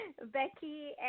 Becky